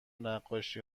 نقاشی